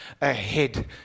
ahead